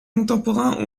contemporains